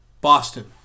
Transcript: Boston